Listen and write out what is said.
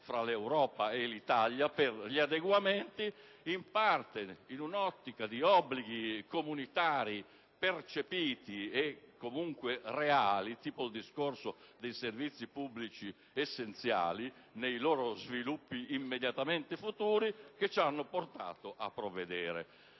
fra l'Europa e l'Italia; in parte, in un'ottica di obblighi comunitari percepiti e comunque reali, tipo il discorso dei servizi pubblici essenziali nei suoi sviluppi immediatamente futuri, che ci hanno portato a provvedere.